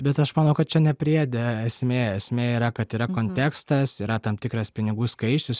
bet aš manau kad čia ne priede esmė esmė yra kad yra kontekstas yra tam tikras pinigų skaičius